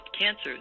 cancers